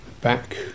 Back